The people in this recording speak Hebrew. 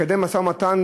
לקדם משא-ומתן,